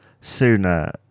sooner